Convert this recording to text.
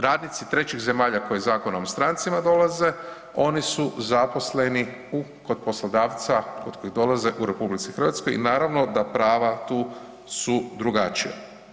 Radnici trećih zemalja koji Zakonom o strancima dolaze oni su zaposleni u, kod poslodavca kod kojih dolaze u RH i naravno da prava tu su drugačija.